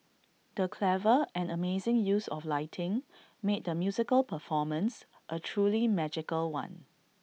the clever and amazing use of lighting made the musical performance A truly magical one